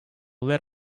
let